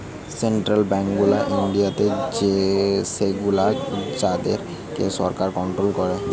central bank গুলা ইন্ডিয়াতে সেগুলো যাদের কে সরকার কন্ট্রোল করে